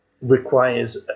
requires